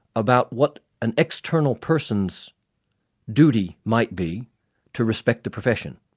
about what an external person's duty might be to respect the profession.